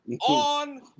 on